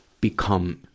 become